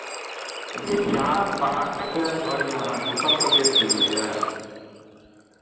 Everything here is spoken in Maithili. बिहारसँ बाहर कतय घर यए अहाँके उत्तर प्रदेशसँ एलियैए